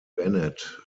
bennett